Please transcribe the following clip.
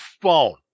phone